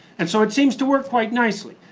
and so it seems to work quite nicely.